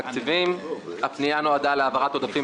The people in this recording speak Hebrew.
נמנעים,